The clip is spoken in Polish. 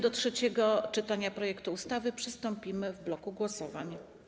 Do trzeciego czytania projektu ustawy przystąpimy w bloku głosowań.